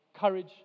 Courage